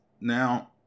Now